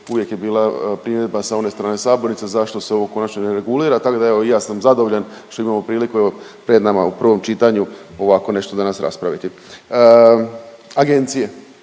uvijek je bila primjedba sa one strane sabornice zašto se ovo konačno ne regulira, tak da evo i ja sam zadovoljan što imamo priliku evo pred nama u prvom čitanju ovako nešto danas raspraviti. Agencije,